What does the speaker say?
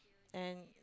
and